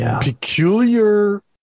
peculiar